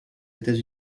états